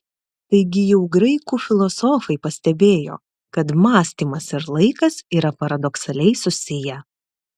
taigi jau graikų filosofai pastebėjo kad mąstymas ir laikas yra paradoksaliai susiję